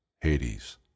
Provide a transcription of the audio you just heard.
Hades